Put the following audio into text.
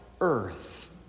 earth